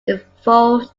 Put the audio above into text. evolved